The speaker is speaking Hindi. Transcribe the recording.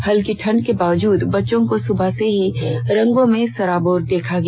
हल्की ठढ़ के बावजूद बच्चों को सुबह से ही रंगों में सराबोर देखा गया